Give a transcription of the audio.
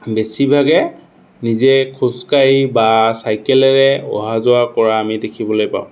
বেছিভাগে নিজে খোজকাঢ়ি বা চাইকেলেৰে অহা যোৱা কৰা আমি দেখিবলৈ পাওঁ